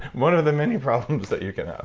one of the many problems that you can have?